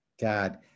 God